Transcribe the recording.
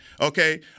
okay